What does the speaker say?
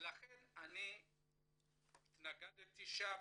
לכן התנגדתי שם,